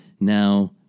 Now